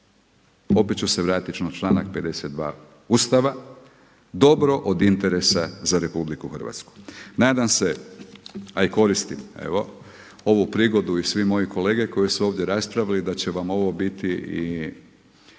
opet ću se vratit na članak 52. Ustava dobro od interesa za RH. Nadam se a i koristim evo ovu prigodu i svi moje kolege koji su ovo raspravljali da će vam ovo biti dio